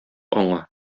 аңа